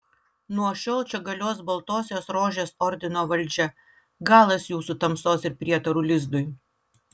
nuo šiol čia galios baltosios rožės ordino valdžia galas jūsų tamsos ir prietarų lizdui